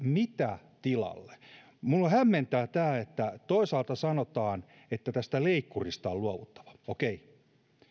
mitä tilalle minua hämmentää tämä että toisaalta sanotaan että tästä leikkurista on luovuttava okei